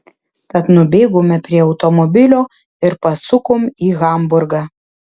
tad nubėgome prie automobilio ir pasukom į hamburgą